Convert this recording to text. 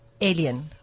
alien